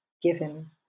given